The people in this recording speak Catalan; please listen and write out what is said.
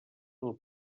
del